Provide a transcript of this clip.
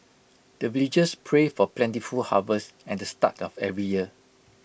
the villagers pray for plentiful harvest at the start of every year